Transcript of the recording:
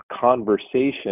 conversation